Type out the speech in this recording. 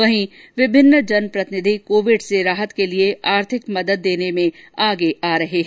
वहीं विभिन्न जनप्रतिनिधि कोविड से राहत के लिये आर्थिक मदद देने में आगे आ रहे है